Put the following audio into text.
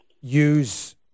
use